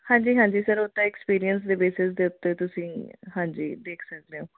ਹਾਂਜੀ ਹਾਂਜੀ ਸਰ ਉਹ ਤਾਂ ਐਕਸਪੀਰੀਅੰਸ ਦੇ ਬੇਸਿਸ ਦੇ ਉੱਤੇ ਤੁਸੀਂ ਹਾਂਜੀ ਦੇਖ ਸਕਦੇ ਹੋ